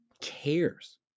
cares